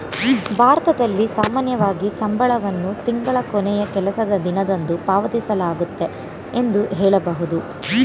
ಭಾರತದಲ್ಲಿ ಸಾಮಾನ್ಯವಾಗಿ ಸಂಬಳವನ್ನು ತಿಂಗಳ ಕೊನೆಯ ಕೆಲಸದ ದಿನದಂದು ಪಾವತಿಸಲಾಗುತ್ತೆ ಎಂದು ಹೇಳಬಹುದು